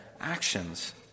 actions